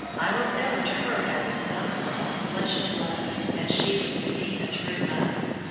i was ever to her as a son of her own flesh and blood and she was to me a true mother.